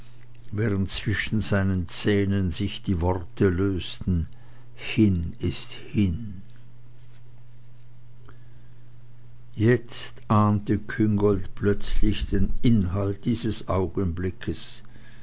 während zwischen seinen zähnen sich die worte lösten hin ist hin jetzt ahnte küngolt plötzlich den inhalt dieses augenblickes